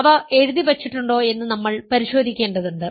അവ എഴുതിവച്ചിട്ടുണ്ടോ എന്ന് നമ്മൾ പരിശോധിക്കേണ്ടതുണ്ട്